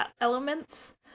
elements